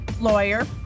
lawyer